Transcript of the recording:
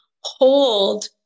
hold